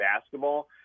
basketball